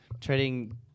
trading